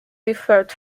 differed